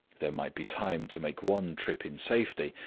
there might be time to make one trip in safety,